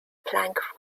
plank